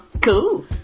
Cool